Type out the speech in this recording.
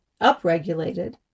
upregulated